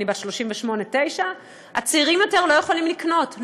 אני בת 38 39. הצעירים יותר לא יכולים לקנות,